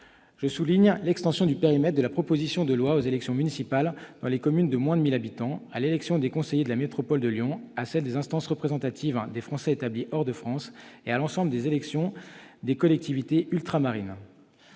Je souligne l'extension du périmètre de la proposition de loi aux élections municipales dans les communes de moins de 1 000 habitants, à l'élection des conseillers de la métropole de Lyon, à celle des instances représentatives des Français établis hors de France et à l'ensemble des élections des collectivités ultramarines.